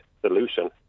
solution